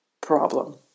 problem